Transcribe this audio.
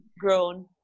grown